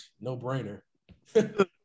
No-brainer